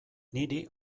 niri